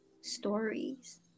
stories